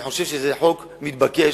אני חושב שזה חוק מתבקש,